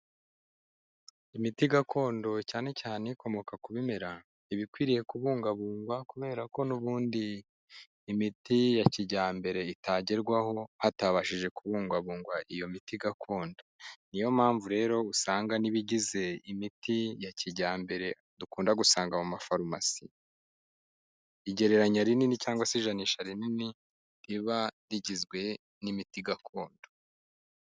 Imiti gakondo cyane cyane ikomoka ku bimera, iba ikwiriye kubungabungwa kubera ko n'ubundi imiti ya kijyambere itagerwaho, hatabashije kubungwabungwa iyo miti gakondo. Niyo mpamvu rero usanga n'ibigize imiti ya kijyambere dukunda gusanga mu mafarumasi, igereranya rinini cyangwa se ijanisha rinini, riba rigizwe n'imiti gakondo.